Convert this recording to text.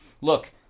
Look